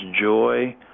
joy